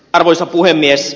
arvoisa puhemies